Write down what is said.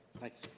Thanks